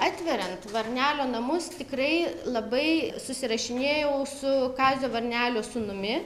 atveriant varnelio namus tikrai labai susirašinėjau su kazio varnelio sūnumi